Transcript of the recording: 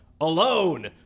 alone